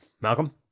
Malcolm